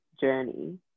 journey